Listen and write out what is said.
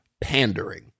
pandering